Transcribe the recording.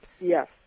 Yes